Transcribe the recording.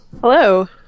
Hello